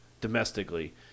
domestically